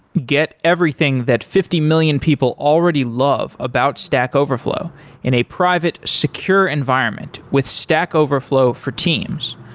get everything that fifty million people already love about stack overflow in a private secure environment with stack overflow for teams.